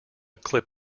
clip